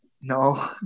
No